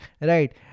right